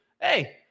Hey